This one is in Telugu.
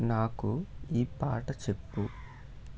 నాకు ఈ పాట చెప్పు